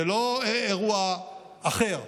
זה לא אירוע אחר.